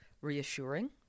reassuring